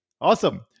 awesome